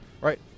right